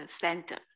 center